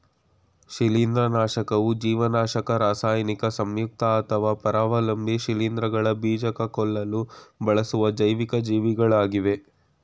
ಶಿಲೀಂಧ್ರನಾಶಕವು ಜೀವನಾಶಕ ರಾಸಾಯನಿಕ ಸಂಯುಕ್ತ ಅಥವಾ ಪರಾವಲಂಬಿ ಶಿಲೀಂಧ್ರಗಳ ಬೀಜಕ ಕೊಲ್ಲಲು ಬಳಸುವ ಜೈವಿಕ ಜೀವಿಗಳಾಗಿವೆ